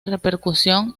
repercusión